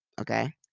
Okay